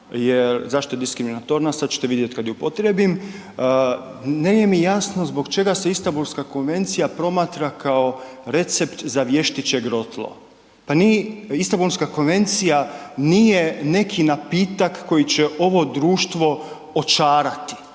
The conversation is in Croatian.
jer, zašto je diskriminatorna sada ćete vidjeti kada ju upotrijebim. Nije mi jasno zbog čega se Istanbulska konvencija promatra kao recept za vještičje grotlo. Pa nije, Istanbulska konvencija nije neki napitak koji će ovo društvo očarati